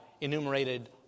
enumerated